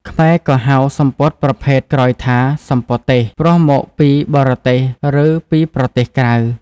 ខ្មែរក៏ហៅសំពត់ប្រភេទក្រោយថា «សំពត់ទេស» (ព្រោះមកពីបរទេសឬពីប្រទេសក្រៅ)។